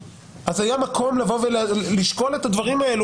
זאת עבירה פלילית של שנתיים בכלא.